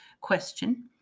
question